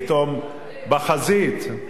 בחזית,